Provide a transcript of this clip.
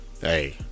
Hey